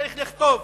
צריך לכתוב: